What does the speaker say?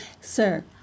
sir